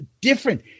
different